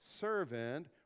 servant